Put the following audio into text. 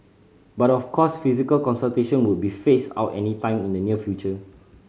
but of course physical consultation won't be phased out anytime in the near future